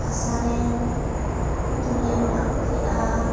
ᱦᱟᱥᱟ ᱨᱮᱱ ᱯᱩᱛᱩᱞ ᱞᱮ ᱵᱮᱱᱟᱣ ᱮᱫᱠᱚ ᱛᱟᱦᱮᱜᱼᱟ